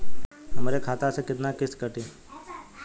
हमरे खाता से कितना किस्त कटी?